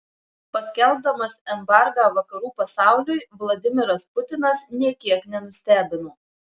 paskelbdamas embargą vakarų pasauliui vladimiras putinas nė kiek nenustebino